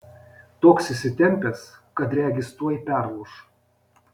toks įsitempęs kad regis tuoj perlūš